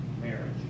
marriage